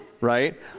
Right